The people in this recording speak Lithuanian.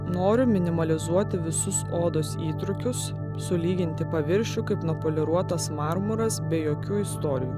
noriu minimalizuoti visus odos įtrūkius sulyginti paviršių kaip nupoliruotas marmuras be jokių istorijų